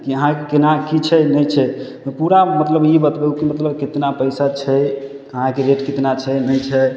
कि अहाँके केना कि छै नहि छै पूरा मतलब कि ई बतबू कि मतलब कितना पइसा छै कहाँके रेट कितना छै नहि छै